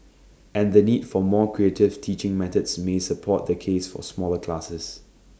and the need for more creative teaching methods may support the case for smaller classes